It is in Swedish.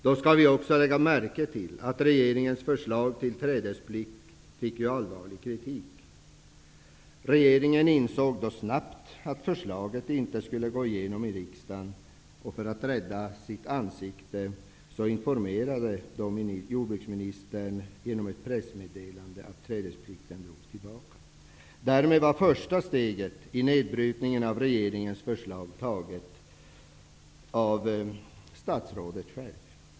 Då skall man också lägga märke till att regeringens förslag till trädesplikt fick allvarlig kritik. Regeringen insåg då snabbt att förslaget inte skulle gå igenom i riksdagen. För att rädda ansiktet informerade jordbruksministern genom ett pressmeddelande om att trädesplikten drogs tillbaka. Därmed var första steget till nedbrytningen av regeringens förslag taget av statsrådet själv.